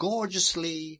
Gorgeously